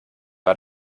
war